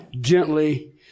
gently